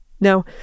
Now